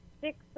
six